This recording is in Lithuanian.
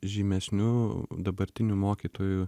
žymesnių dabartinių mokytojų